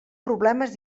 problemes